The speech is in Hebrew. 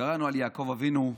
קראנו על יעקב אבינו.